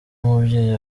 umubyeyi